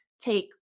take